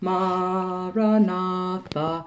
Maranatha